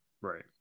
right